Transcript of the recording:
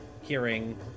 hearing